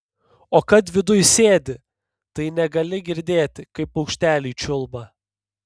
o kad viduj sėdi tai negali girdėti kaip paukšteliai čiulba